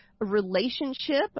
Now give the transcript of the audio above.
Relationship